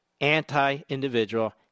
anti-individual